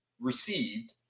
received